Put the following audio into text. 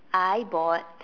I bought